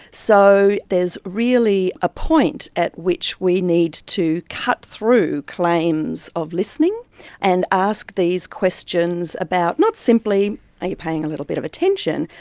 so there's really a point at which we need to cut through claims of listening and ask these questions about not simply are you paying a little bit of attention,